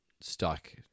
stuck